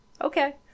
Okay